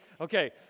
Okay